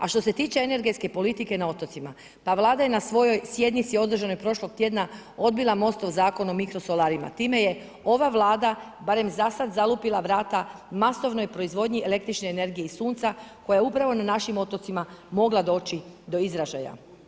A što se tiče energetske politike na otocima, pa Vlada je na svojoj sjednici održanoj prošlog tjedna, odbila MOST-ov zakon o mikrosolarima, time je ova Vlada barem zasad zalupila vrata masovnoj proizvodnji električne energije i sunca koja je upravo na našim otocima mogla doći do izražaja.